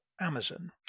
Amazon